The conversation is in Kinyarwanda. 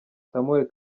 samuel